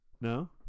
No